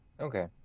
okay